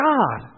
God